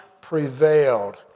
prevailed